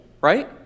right